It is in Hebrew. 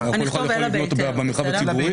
לא כל אחד יכול לבנות במרחב הציבורי.